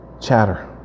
chatter